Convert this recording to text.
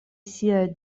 siaj